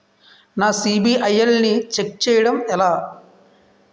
నా సిబిఐఎల్ ని ఛెక్ చేయడం ఎలా?